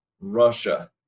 Russia